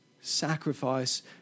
sacrifice